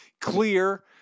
clear